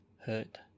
hurt